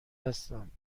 هستم